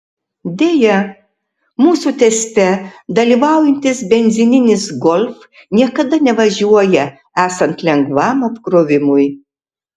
deja mūsų teste dalyvaujantis benzininis golf niekada nevažiuoja esant lengvam apkrovimui